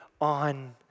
on